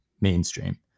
mainstream